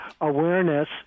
Awareness